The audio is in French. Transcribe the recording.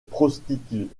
prostituée